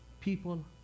People